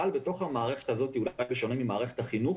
אבל בתוך המערכת הזאת אולי בשונה ממערכת החינוך